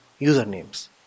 usernames